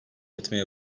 etmeye